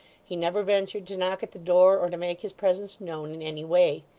he never ventured to knock at the door or to make his presence known in any way.